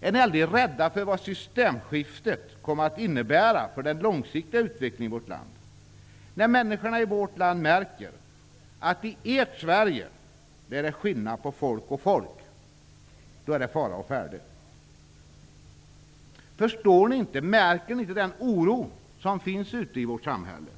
Är ni aldrig rädda för vad systemskiftet kommer att innebära för den långsiktiga utvecklingen i vårt land? När människorna i vårt land märker att i ert Sverige är det skillnad på folk och folk, då är det fara å färde. Förstår ni inte, märker ni inte, den oro som finns ute i samhället?